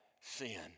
sin